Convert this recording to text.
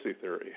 theory